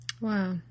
Wow